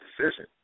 decision